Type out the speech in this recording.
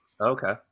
Okay